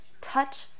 touch